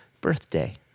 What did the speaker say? birthday